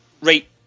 right